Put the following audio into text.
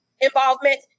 involvement